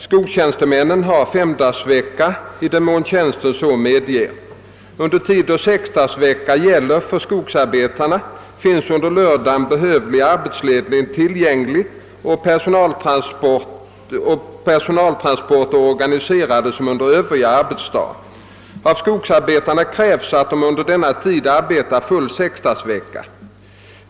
— Skogstjänstemännen har femdagarsvecka i den mån tjänsten så medger. Under tid då sexdagarsvecka gäller för skogsarbetarna finns under lördagen behövlig arbetsledning tillgänglig och personaltransporter är organiserade som under övriga arbetsdagar. Av skogsarbetarna krävs att de under denna tid arbetar full sexdagarsvecka.